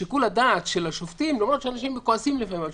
שיקול הדעת של השופטים למרות שאנשים כועסים לפעמים,